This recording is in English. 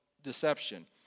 Deception